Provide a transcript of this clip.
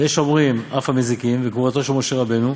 ויש אומרים אף המזיקים, וקבורתו של משה רבנו,